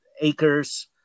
acres